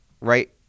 right